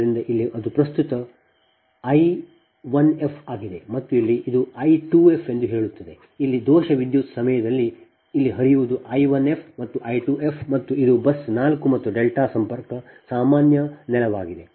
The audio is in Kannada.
ಆದ್ದರಿಂದ ಇಲ್ಲಿ ಅದು ಪ್ರಸ್ತುತ I 1f ಆಗಿದೆ ಮತ್ತು ಇಲ್ಲಿ ಇದು I 2f ಎಂದು ಹೇಳುತ್ತದೆ ಇಲ್ಲಿ ದೋಷ ವಿದ್ಯುತ್ನ ಸಮಯದಲ್ಲಿ ಇಲ್ಲಿ ಹರಿಯುವುದು I 1f ಮತ್ತು I 2f ಮತ್ತು ಇದು ಬಸ್ 4 ಮತ್ತು ಇದು ಡೆಲ್ಟಾ ಸಂಪರ್ಕವು ಸಾಮಾನ್ಯ ನೆಲವಾಗಿದೆ